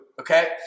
Okay